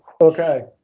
Okay